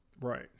Right